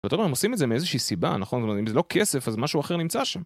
זאת אומרת, הם עושים את זה מאיזושהי סיבה, נכון? זאת אומרת, אם זה לא כסף, אז משהו אחר נמצא שם.